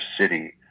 city